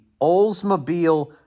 Oldsmobile